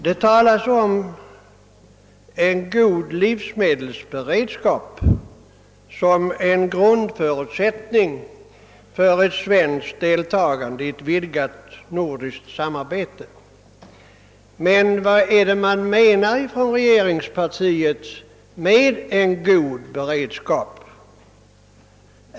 Det talas om en god livsmedelsberedskap som en grundförutsättning för svenskt deltagande i ett vidgat nordiskt samarbete. Men vad är det regerings partiet menar med en god beredskap?